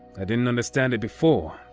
i didn't understand it before,